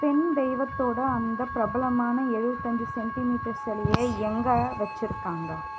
பெண் தெய்வத்தோடய அந்த பிரபலமான எழுபத்தஞ்சி சென்டிமீட்டர் சிலைய எங்கே வச்சுருக்காங்க